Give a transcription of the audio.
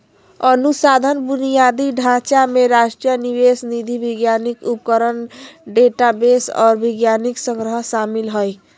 अनुसंधान बुनियादी ढांचा में राष्ट्रीय निवेश निधि वैज्ञानिक उपकरण डेटाबेस आर वैज्ञानिक संग्रह शामिल हइ